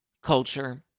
Culture